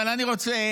אבל אני רוצה,